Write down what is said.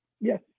Yes